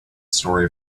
story